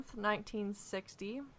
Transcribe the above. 1960